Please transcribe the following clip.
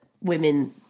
women